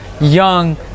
Young